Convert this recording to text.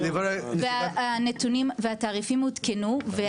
והתעריפים עודכנו,